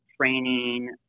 training